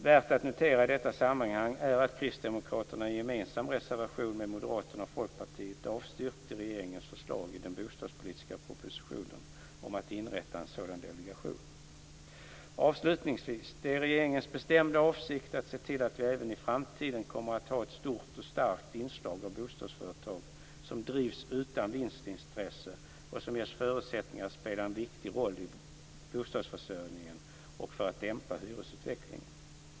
Värt att notera i detta sammanhang är att Kristdemokraterna - i en gemensam reservation med Moderaterna och Folkpartiet - Avslutningsvis - det är regeringens bestämda avsikt att se till att vi även i framtiden kommer att ha ett stort och starkt inslag av bostadsföretag som drivs utan vinstintresse och som ges förutsättningar att spela en viktig roll i bostadsförsörjningen och för att dämpa hyresutvecklingen.